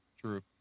True